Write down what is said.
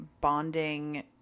bonding